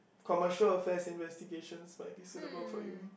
commercial affairs investigation might be suitable for you